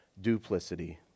duplicity